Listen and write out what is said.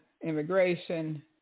immigration